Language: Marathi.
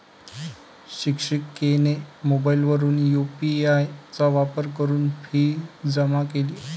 शिक्षिकेने मोबाईलवरून यू.पी.आय चा वापर करून फी जमा केली